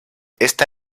esta